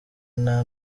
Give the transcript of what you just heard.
nta